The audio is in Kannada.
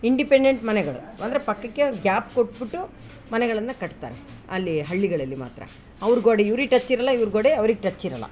ಇಂಡಿಪೆಂಡೆಂಟ್ ಮನೆಗಳು ಅಂದರೆ ಪಕ್ಕಕ್ಕೆ ಗ್ಯಾಪ್ ಕೊಟ್ಬುಟ್ಟು ಮನೆಗಳನ್ನು ಕಟ್ತಾರೆ ಅಲ್ಲೀ ಹಳ್ಳಿಗಳಲ್ಲಿ ಮಾತ್ರ ಅವ್ರು ಗ್ವಾಡೆ ಇವ್ರಿಗೆ ಟಚ್ ಇರೋಲ್ಲ ಇವ್ರ ಗೋಡೆ ಅವ್ರಿಗೆ ಟಚ್ ಇರೋಲ್ಲ